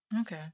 Okay